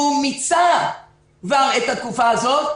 והוא מיצה כבר את התקופה הזאת,